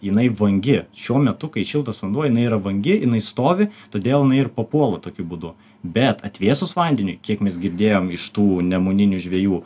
jinai vangi šiuo metu kai šiltas vanduo jinai yra vangi jinai stovi todėl jinai ir papuola tokiu būdu bet atvėsus vandeniui kiek mes girdėjom iš tų nemuninių žvejų